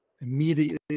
immediately